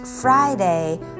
Friday